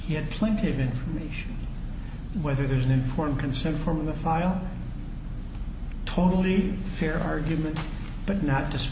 he had plenty of information whether there's an informed consent from the file totally fair argument but not